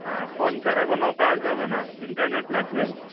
হ্যাঁ ফোন ছাড়া কোনও কাজ হবে না ইন্টারনেট লাগবেই